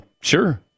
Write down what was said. Sure